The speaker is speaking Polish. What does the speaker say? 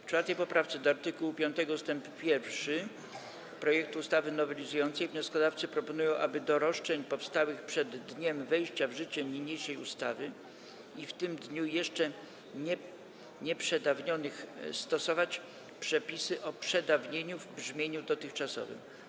W 4. poprawce do art. 5 ust. 1 projektu ustawy nowelizującej wnioskodawcy proponują, aby do roszczeń powstałych przed dniem wejścia w życie niniejszej ustawy i w tym dniu jeszcze nieprzedawnionych stosować przepisy o przedawnieniu w brzmieniu dotychczasowym.